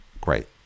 Great